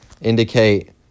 indicate